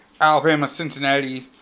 Alabama-Cincinnati